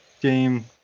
game